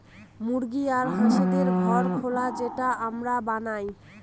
মুরগি আর হাঁসদের ঘর খোলা যেটা আমরা বানায়